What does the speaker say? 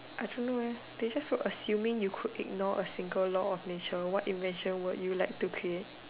I don't know eh they just put assuming you can ignore a single law of nature what invention would you like to create